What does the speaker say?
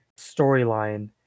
storyline